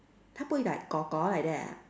他不会 like like that ah